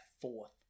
fourth